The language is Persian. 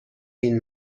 این